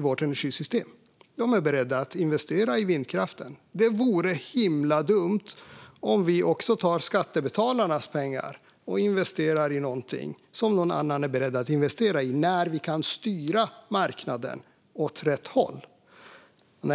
vårt energisystem. De är beredda att investera i vindkraften. Det vore himla dumt om vi skulle ta skattebetalarnas pengar och investera i någonting som någon annan är beredd att investera i, när vi kan styra marknaden åt rätt håll.